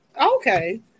Okay